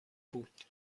بود